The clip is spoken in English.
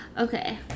Okay